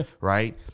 right